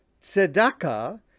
tzedakah